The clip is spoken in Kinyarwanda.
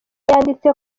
yanditse